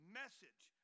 message